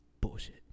bullshit